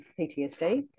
PTSD